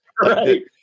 Right